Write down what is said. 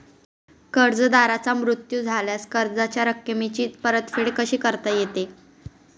कर्जदाराचा मृत्यू झाल्यास कर्जाच्या रकमेची परतफेड कशी करता येते?